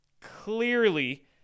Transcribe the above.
clearly